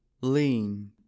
lean